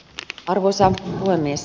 arvoisa puhemies